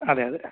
അതെ അതെ